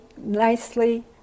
nicely